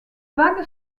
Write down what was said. vague